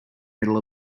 middle